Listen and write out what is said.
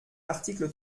l’article